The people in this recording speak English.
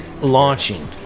Launching